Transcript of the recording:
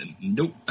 nope